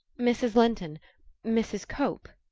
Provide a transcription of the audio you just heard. mrs. linton mrs. cope.